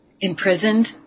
imprisoned